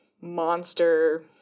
monster